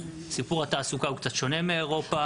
סיפור התעסוקה הוא קצת שונה מאירופה,